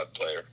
player